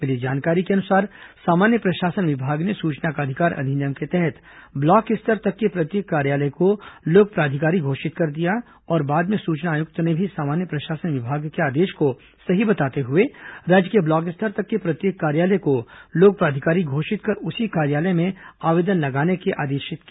मिली जानकारी के अनुसार सामान्य प्रशासन विभाग ने सूचना का अधिकार अधिनियम के तहत ब्लॉक स्तर तक के प्रत्येक कार्यालय को लोक प्राधिकारी घोषित कर दिया और बाद में सूचना आयुक्त ने भी सामान्य प्रशासन विभाग के आदेश को सही बताते हुए राज्य के ब्लॉक स्तर तक के प्रत्येक कार्यालय को लोक प्राधिकारी घोषित कर उसी कार्यालय में आवेदन लगाने के लिए आदेशित किया